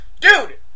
dude